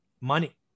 money